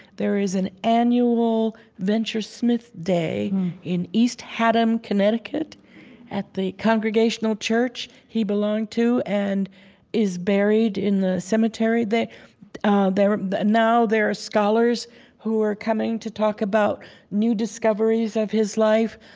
there is an annual venture smith day in east haddam, connecticut at the congregational church he belonged to and is buried in the cemetery there there now, there are scholars who are coming to talk about new discoveries of his life,